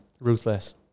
ruthless